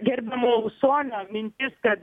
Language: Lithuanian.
gerbiamo usonio mintis kad